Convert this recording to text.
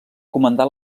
comandà